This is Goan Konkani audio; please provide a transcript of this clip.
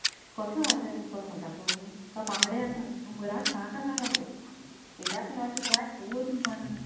कसलो वांटो जाय तुका करमटाचो काय बांगडे आसा शंबराक सात आसा बांगडे हेज्या सुमार तुका कांय कोण दिवपाना